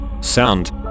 sound